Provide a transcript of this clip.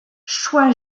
choi